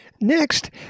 Next